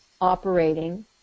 operating